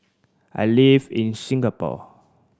I live in Singapore